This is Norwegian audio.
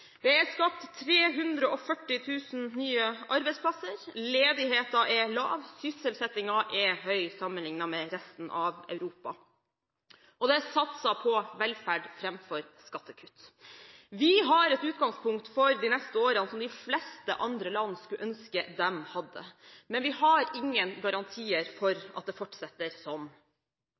Det er skapt 340 000 nye arbeidsplasser, ledigheten er lav, sysselsettingen er høy sammenliknet med resten av Europa, og det er satset på velferd framfor skattekutt. Vi har et utgangspunkt for de neste årene som de fleste andre land skulle ønske de hadde, men vi har ingen garantier for at det fortsetter